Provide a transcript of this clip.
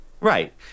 Right